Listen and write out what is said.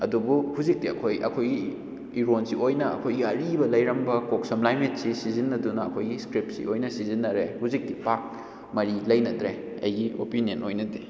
ꯑꯗꯨꯕꯨ ꯍꯧꯖꯤꯛꯇꯤ ꯑꯩꯈꯣꯏ ꯑꯩꯈꯣꯏꯒꯤ ꯏꯔꯣꯟꯁꯦ ꯑꯣꯏꯅ ꯑꯩꯈꯣꯏꯒꯤ ꯑꯔꯤꯕ ꯂꯩꯔꯝꯕ ꯀꯣꯛ ꯁꯝ ꯂꯥꯏ ꯃꯤꯠꯁꯤ ꯁꯤꯖꯤꯟꯅꯗꯨꯅ ꯑꯩꯈꯣꯏꯒꯤ ꯏꯁꯀ꯭ꯔꯤꯞꯁꯤ ꯑꯣꯏꯅ ꯁꯤꯖꯤꯟꯅꯔꯦ ꯍꯧꯖꯤꯛꯇꯤ ꯄꯥꯛ ꯃꯔꯤ ꯂꯩꯅꯗ꯭ꯔꯦ ꯑꯩꯒꯤ ꯑꯣꯄꯤꯅꯦꯟ ꯑꯣꯏꯅꯗꯤ